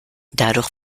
dadurch